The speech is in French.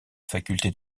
faculté